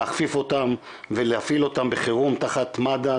להכפיף אותם ולהפעיל אותם בחירום תחת מד"א,